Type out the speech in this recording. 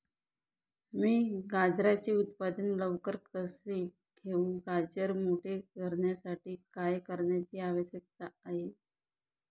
मी गाजराचे उत्पादन लवकर कसे घेऊ? गाजर मोठे करण्यासाठी काय करण्याची आवश्यकता आहे?